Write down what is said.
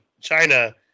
china